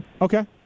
Okay